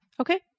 Okay